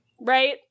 right